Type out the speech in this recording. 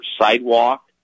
sidewalk